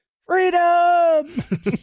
Freedom